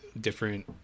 different